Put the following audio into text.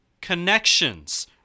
connections